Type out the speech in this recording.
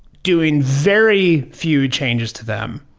doing very few changes to them,